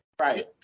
Right